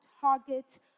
target